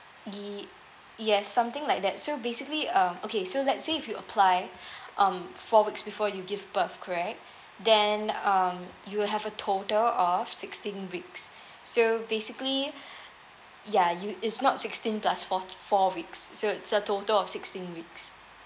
y~ yes something like that so basically uh okay so let's say if you apply um four weeks before you give birth correct then um you have a total of sixteen weeks so basically ya you it's not sixteen plus forty four weeks so it's a total of sixteen weeks